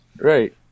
Right